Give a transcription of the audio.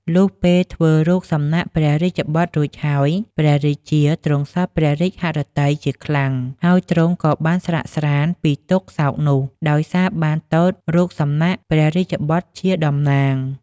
លុះពេលធ្វើរូបសំណាក់ព្រះរាជបុត្ររួចហើយ ព្រះរាជាទ្រង់សព្វព្រះរាជហឫទ័យជាខ្លាំង ហើយទ្រង់ក៏បានស្រាកស្រាន្តពីទុក្ខសោកនោះ ដោយសារបានទតរូបសំណាកព្រះរាជបុត្រជាតំណាង ។